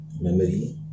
memory